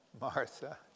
Martha